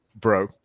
bro